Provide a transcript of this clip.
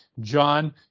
John